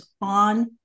on